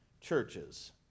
churches